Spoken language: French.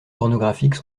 pornographiques